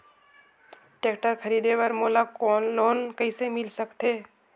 Tractor खरीदे बर मोला लोन कइसे मिल सकथे?